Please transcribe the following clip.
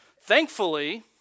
Thankfully